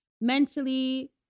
mentally